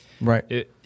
right